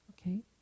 Okay